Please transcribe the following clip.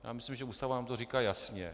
Já myslím, že Ústava nám to říká jasně.